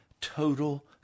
total